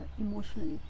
emotionally